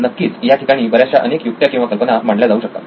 नक्कीच या ठिकाणी बऱ्याचशा अनेक युक्त्या किंवा कल्पना मांडल्या जाऊ शकतात